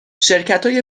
شرکتای